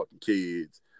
kids